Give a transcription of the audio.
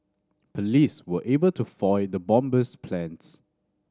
police were able to foil the bomber's plans